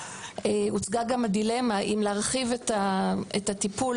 הוצגה גם הדילמה האם להרחיב את קהילת